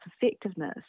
effectiveness